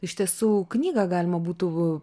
iš tiesų knygą galima būtų